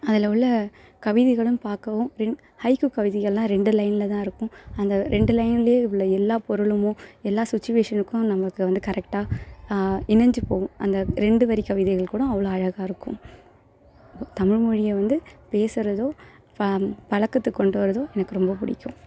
அதில் உள்ள கவிதைகளும் பார்க்கவும் பின் ஹைக்கூ கவிதைகள்லாம் ரெண்டு லைன்லதான் இருக்கும் அந்த ரெண்டு லைன்லயே உள்ள எல்லா பொருளுமும் எல்லா சுச்சுவேஷனுக்கும் நமக்கு வந்து கரெக்டாக இணைஞ்சி போகும் அந்த ரெண்டு வரி கவிதைகள் கூட அவ்வளோ அழகாக இருக்கும் தமிழ்மொழியை வந்து பேசுகிறதோ ப பழக்கத்துக்கு கொண்டு வர்றதோ எனக்கு ரொம்ப பிடிக்கும்